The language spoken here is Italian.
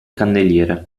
candeliere